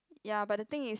ya but the thing is